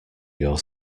your